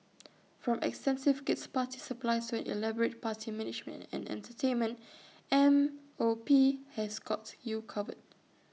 from extensive kid's party supplies to an elaborate party management and entertainment M O P has got you covered